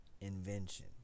Invention